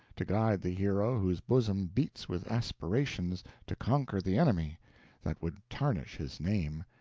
to guide the hero whose bosom beats with aspirations to conquer the enemy that would tarnish his name,